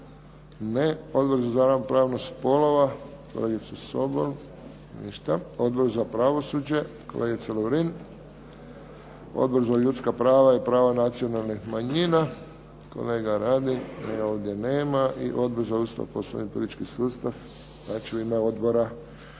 Ne. Odbor za ravnopravnost spolova, kolegica Sobol? Ništa. Odbor za pravosuđe, kolegica Lovrin? Odbor za ljudska prava i prava nacionalnih manjina, kolega Radin? Njega ovdje nema. I Odbor za Ustav, Poslovnik i politički sustav? Znači u ime odbora